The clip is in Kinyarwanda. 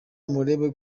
murebe